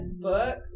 book